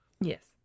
Yes